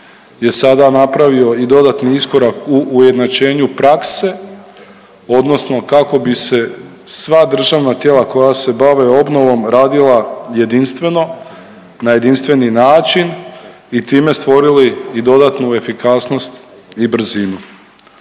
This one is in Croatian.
je sada napravio i dodatni iskorak u ujednačenju prakse odnosno kao bi se sva državna tijela koja se bave obnovom radile jedinstveno na jedinstveni način i time stvorili i dodatnu efikasnost i brzinu.